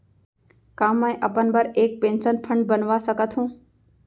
का मैं अपन बर एक पेंशन फण्ड बनवा सकत हो?